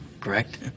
correct